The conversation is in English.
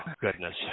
goodness